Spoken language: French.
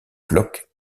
glock